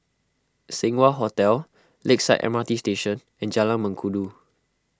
Seng Wah Hotel Lakeside M R T Station and Jalan Mengkudu